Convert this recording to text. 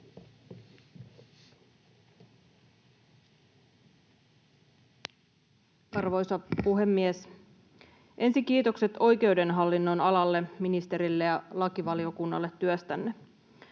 Arvoisa puhemies! Ensin kiitokset oikeuden hallinnonalalle, ministerille ja lakivaliokunnalle työstänne.